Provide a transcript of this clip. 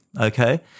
Okay